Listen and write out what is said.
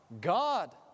God